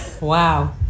Wow